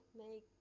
make